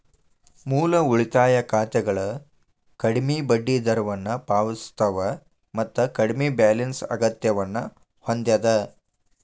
ಮೂಲ ಉಳಿತಾಯ ಖಾತೆಗಳ ಕಡ್ಮಿ ಬಡ್ಡಿದರವನ್ನ ಪಾವತಿಸ್ತವ ಮತ್ತ ಕಡ್ಮಿ ಬ್ಯಾಲೆನ್ಸ್ ಅಗತ್ಯವನ್ನ ಹೊಂದ್ಯದ